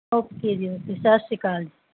okay ਜੀ okay ਸਤਿ ਸ਼੍ਰੀ ਅਕਾਲ